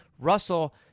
Russell